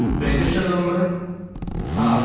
registered number હા